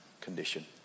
condition